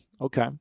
okay